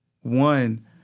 One